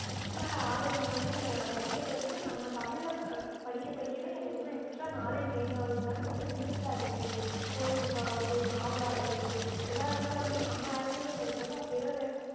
எனக்கு புக்ஸ் மேலே ஆர்வம் வந்ததே இந்த படிக்க படிக்க நம்ம தமிழில் படிக்க படிக்கவே எனக்கு இன்னும் எக்ஸ்ட்ரா நாலேஜ் கெயின் ஆகிறனால ரொம்ப இன்ட்ரெஸ்டாக இருந்துச்சு ஸ்டோரி புக்காக ஆகட்டும் நாவலாக இருக்கட்டும் ஏதா இருந்தாலும் வந்து நம்ம லாங்வேஜில் படித்தாலும் அதை பிறர்